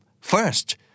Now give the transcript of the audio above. First